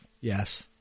Yes